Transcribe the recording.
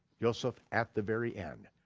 yoseph, at the very end.